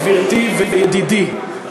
גברתי וידידי,